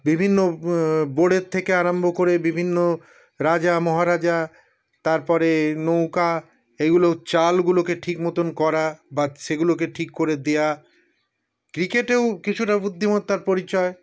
বিভিন্ন বোর্ডের থেকে আরম্ভ করে বিভিন্ন রাজা মহারাজা তারপরে নৌকা এইগুলো চালগুলোকে ঠিক মতন করা বা সেগুলোকে ঠিক করে দেওয়া ক্রিকেটেও কিছুটা বুদ্ধিমত্তার পরিচয়